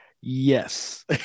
Yes